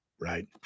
right